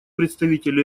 представитель